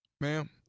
Ma'am